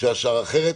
כשהשאר אחרת,